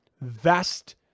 vast